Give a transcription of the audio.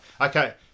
Okay